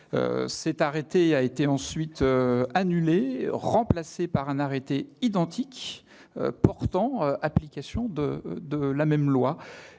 Cet arrêté a ensuite été annulé et remplacé par un arrêté identique portant application de la même loi.